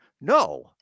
No